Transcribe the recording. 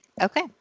Okay